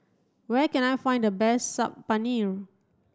where can I find the best Saag Paneer